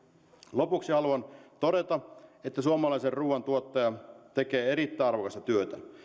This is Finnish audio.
lopuksi haluan todeta että suomalaisen ruuan tuottaja tekee erittäin arvokasta työtä